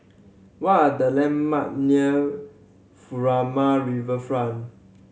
what are the landmark near Furama Riverfront